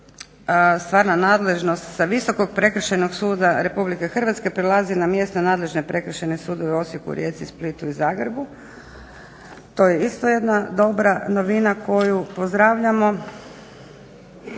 stvarna nadležnost sa Visokog prekršajnog suda RH prelazi na mjesno nadležne prekršajne sudove u Osijeku, Rijeci, Splitu i Zagrebu. To je isto jedna dobra novina koju pozdravljamo.